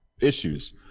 issues